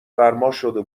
فرماشده